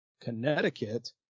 Connecticut